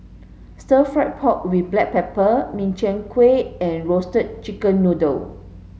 stir fry pork with black pepper Min Chiang Kueh and roasted chicken noodle